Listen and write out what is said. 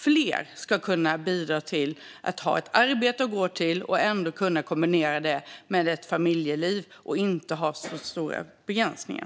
Fler ska kunna bidra genom att ha ett arbete att gå till och kunna kombinera det med ett familjeliv utan några stora begränsningar.